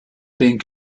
being